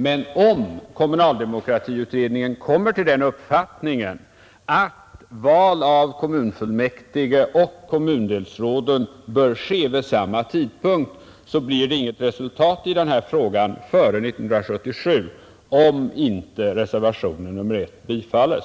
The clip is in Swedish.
Men om kommunaldemokratiutredningen kommer till den uppfattningen att val av kommunfullmäktige och kommundelsråd bör ske vid samma tidpunkt, blir det inget resultat i denna fråga före 1977, om inte reservationen 1 bifalles.